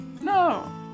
No